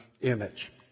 image